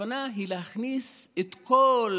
הכוונה היא להכניס את כל